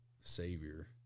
Savior